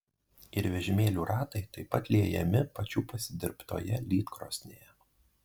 ir vežimėlių ratai taip pat liejami pačių pasidirbtoje lydkrosnėje